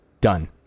done